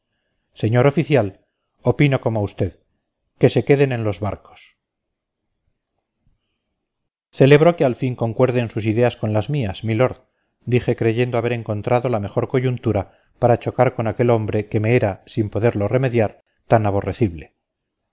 señor oficial opino como usted que se queden en los barcos celebro que al fin concuerden sus ideas con las mías milord dije creyendo haber encontrado la mejor coyuntura para chocar con aquel hombre que me era sin poderlo remediar tan aborrecible